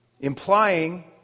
Implying